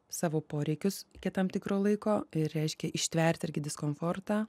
savo poreikius iki tam tikro laiko reiškia ištverti irgi diskomfortą